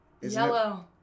Yellow